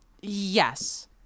Yes